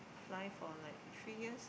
fly for like three years